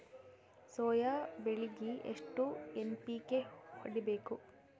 Soya ಬೆಳಿಗಿ ಎಷ್ಟು NPK ಹೊಡಿಬೇಕು?